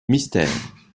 mystère